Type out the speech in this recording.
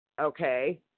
okay